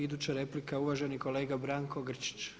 Iduća replika je uvaženi kolega Branko Grčić.